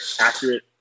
accurate